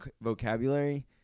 vocabulary